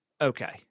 Okay